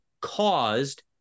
caused